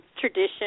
tradition